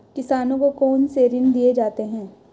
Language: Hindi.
किसानों को कौन से ऋण दिए जाते हैं?